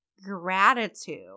gratitude